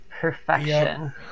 perfection